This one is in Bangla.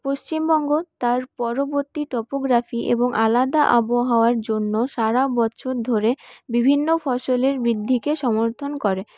পশ্চিমবঙ্গ তার পরবর্তী ট্রোপোগ্রাফি এবং আলাদা আবহাওয়ার জন্য সারা বছর ধরে বিভিন্ন ফসলের বৃদ্ধিকে সমর্থন করে